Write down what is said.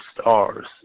stars